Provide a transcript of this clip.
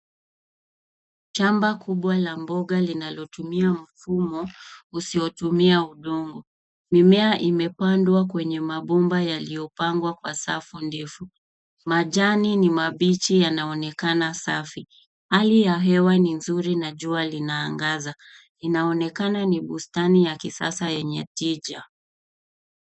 Shamba kubwa la mboga linalotumia mfumo, usiotumia udongo. Mimea imepandwa kwenye mabomba yaliopngwa kwa safu ndefu. Majani ni mabichi yanaonekana safi. Hali ya hewa ni nzuri, na jua linaangaza, inaonekana ni bustani ya kisasa yenye tija.